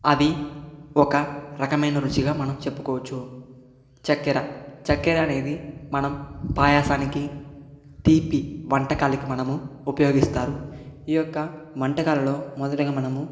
అది ఒక రకమైన రుచిగా మనం చెప్పుకోవచ్చు చక్కెర చక్కెర అనేది మనం పాయాసానికి తీపి వంటకాలకు మనము ఉపయోగిస్తారు ఈ యొక్క వంటకాలలో మొదటిగా మనము